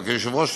אבל כיושב-ראש,